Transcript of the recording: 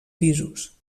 pisos